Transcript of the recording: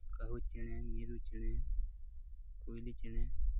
ᱠᱟᱹᱦᱩ ᱪᱮᱬᱮ ᱢᱤᱨᱩ ᱪᱮᱬᱮ ᱠᱩᱭᱞᱤ ᱪᱮᱬᱮ